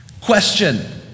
Question